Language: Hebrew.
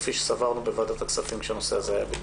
כפי שסברנו בוועדת הכספים כשהנושא הזה היה בדיון.